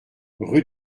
rue